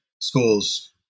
schools